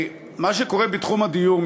מה שקורה בתחום הדיור,